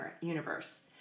universe